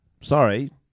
sorry